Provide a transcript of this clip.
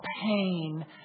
pain